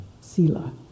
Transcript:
sila